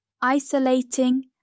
isolating